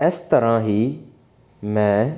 ਇਸ ਤਰ੍ਹਾਂ ਹੀ ਮੈਂ